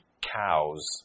cows